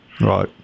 Right